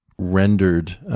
rendered